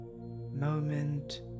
moment